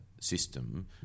system